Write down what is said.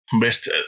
best